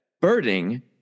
birding